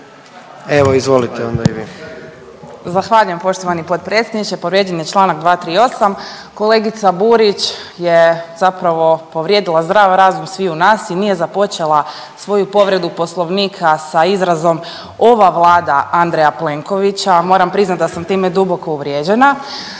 Evo izvolite onda i vi.